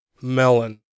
melon